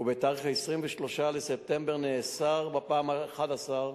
וב-23 בספטמבר נאסר בפעם ה-11.